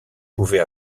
pouvait